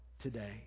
today